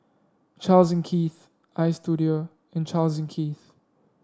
Charles and Keith Istudio and Charles and Keith